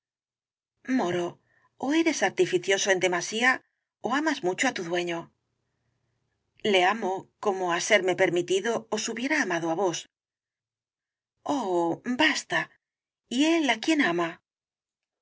moro ó eres artificioso en demasía ó amas mucho á tu dueño le amo como á serme permitido os hubiera amado á vos oh basta y él á quién ama